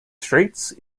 straits